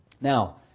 Now